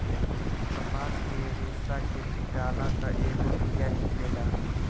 कपास के रेसा के पीटाला तब एमे से बिया निकलेला